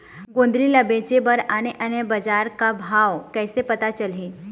गोंदली ला बेचे बर आने आने बजार का भाव कइसे पता चलही?